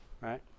right